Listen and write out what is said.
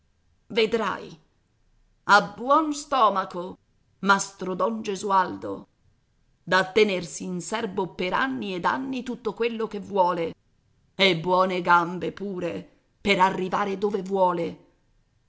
vedrai ha buon stomaco mastro don gesualdo da tenersi in serbo per anni ed anni tutto quello che vuole e buone gambe pure per arrivare dove vuole